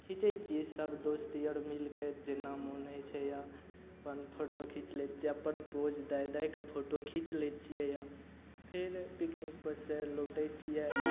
खीचय छियै सब दोस्त आओर मिलकऽ जेना मोन होइ छै या अपन फोटो खीच लै छियै अपन पोज दए दएकऽ फोटो खीच लै छियै अब फेर पिकनिकपर सँ लौटय छियै